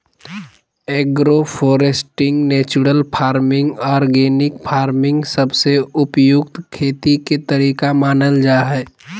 agro foresting, natural farming, organic farming सबसे उपयुक्त खेती के तरीका मानल जा हय